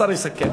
השר יסכם.